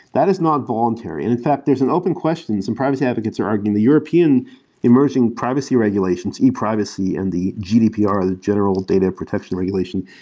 that is not voluntary. and in fact, there's an open question, some privacy advocates are arguing the european emerging privacy regulations, e-privacy in the gdpr, or the general data protection regulation,